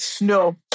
No